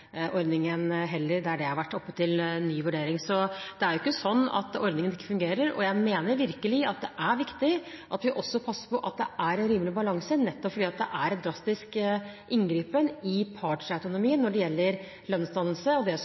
der dette har vært oppe til ny vurdering. Så det er ikke slik at ordningen ikke fungerer. Og jeg mener virkelig at det er viktig at vi også passer på at det er en rimelig balanse, nettopp fordi det er en drastisk inngripen i partsautonomien når det gjelder lønnsdannelse og det som